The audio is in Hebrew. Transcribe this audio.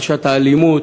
פרשיית האלימות,